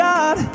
God